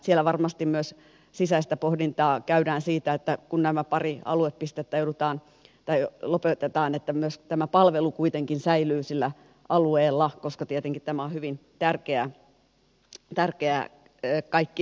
siellä varmasti myös sisäistä pohdintaa käydään siitä että kun nämä pari aluepistettä lopetetaan niin tämä palvelu kuitenkin säilyy sillä alueella koska tietenkin tämä on hyvin tärkeää kaikkinensa